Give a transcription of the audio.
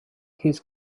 his